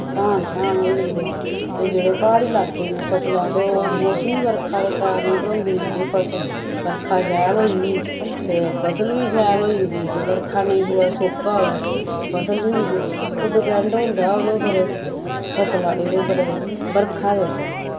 धान शान होई जंदे ते जेह्ड़े प्हाड़ी लाक्के दियां फसलां ते ओह् मैसमी बरखा दे कारण गै होंदियां जे फसल बरखा शैल होई गेई ते फसल वी शैल होई जंदी जे बरखा नेईं पोऐ सोक्का होऐ फसल निं होंदी ओह् डिपैंड होंदा ओह्दे पर फसला एह्दे पर बरखा दे उप्पर